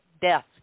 death